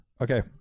Okay